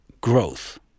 growth